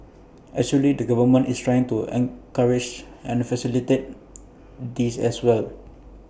actually the government is trying to encourage and facilitate this as well